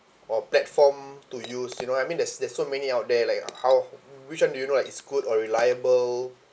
or platform to use you know I mean there's there's so many out there like how which one do you know like it's good or reliable